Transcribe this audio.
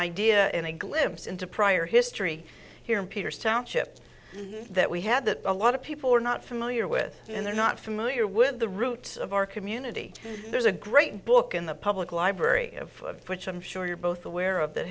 idea and a glimpse into prior history here in peter's township that we had that a lot of people are not familiar with and they're not familiar with the roots of our community there's a great book in the public library of which i'm sure you're both aware of that